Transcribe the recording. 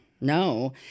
No